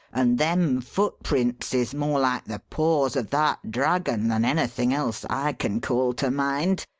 and them footprints is more like the paws of that dragon than anything else i can call to mind.